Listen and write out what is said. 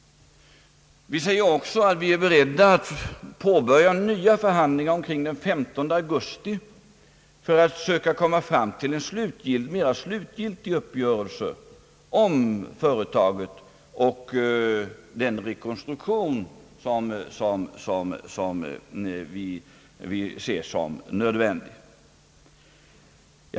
Vi säger också att vi är beredda att påbörja nya förhandlingar omkring den 15 augusti för att söka komma fram till en mera slutgiltig uppgörelse om företaget och den rekonstruktion som vi ser som nödvändig.